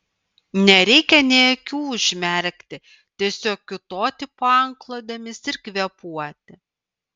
nereikia nė akių užmerkti tiesiog kiūtoti po antklodėmis ir kvėpuoti